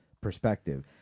perspective